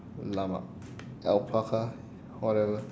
llama alpaca whatever